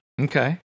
Okay